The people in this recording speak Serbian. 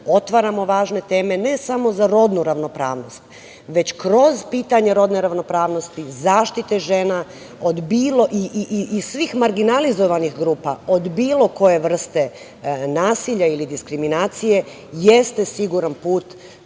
Otvaramo važne teme, ne samo za rodnu ravnopravnost, već kroz pitanja rodne ravnopravnosti, zaštite žena i svih marginalizovanih grupa, od bilo koje vrste nasilja ili diskriminacije, jeste siguran put